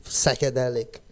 psychedelic